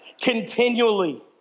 Continually